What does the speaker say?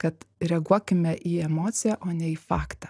kad reaguokime į emociją o ne į faktą